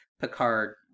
Picard